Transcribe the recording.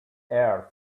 earth